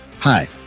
Hi